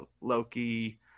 Loki